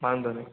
વાંધો નઇ